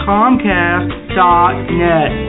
Comcast.net